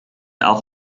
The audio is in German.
auch